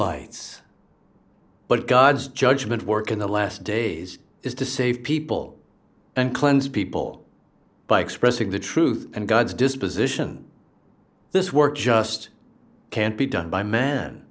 light but god's judgment work in the last days is to save people and cleanse people by expressing the truth and god's disposition this work just can't be done by man